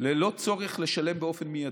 ללא צורך לשלם באופן מיידי.